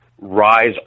rise